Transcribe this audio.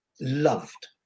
Loved